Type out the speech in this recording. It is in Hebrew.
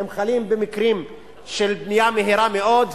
הם חלים במקרים של בנייה מהירה מאוד,